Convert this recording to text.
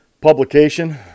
publication